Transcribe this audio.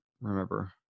Remember